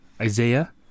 Isaiah